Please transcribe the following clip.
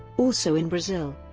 also in brazil,